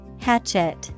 Hatchet